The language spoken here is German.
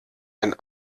ein